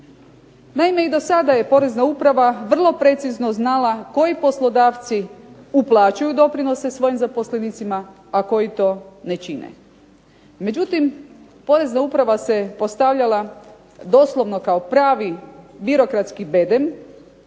Naime i do sada je Porezna uprava vrlo precizno znala koji poslodavci uplaćuju doprinose svojim zaposlenicima, a koji to ne čine. Međutim porezna uprava se postavljala doslovno kao pravi birokratski bedem,